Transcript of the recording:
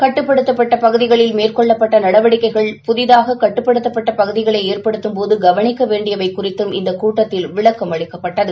கட்டுப்படுத்தப்பட்ட பகுதிகளில் மேற்கொள்ளப்பட்ட நடவடிக்கைகள் புதிதாக கட்டுப்படுத்தப்பட்ட பகுதிகளை ஏற்படுத்தும் போது கவனிக்க வேண்டியவை குறித்தும் இந்த கூட்டத்தில் விளக்கம் அளிக்கப்பட்டது